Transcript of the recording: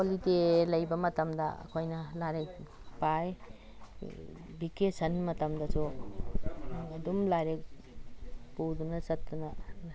holiday ꯂꯩꯕ ꯃꯇꯝꯗ ꯑꯩꯈꯣꯏꯅ ꯂꯥꯏꯔꯤꯛ ꯄꯥꯏ ꯕꯦꯀꯦꯁꯟ ꯃꯇꯝꯗꯁꯨ ꯑꯗꯨꯝ ꯂꯥꯏꯔꯤꯛ ꯄꯨꯗꯨꯅ ꯆꯠꯇꯅ